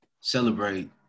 celebrate